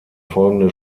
folgende